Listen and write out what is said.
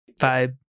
vibe